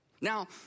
Now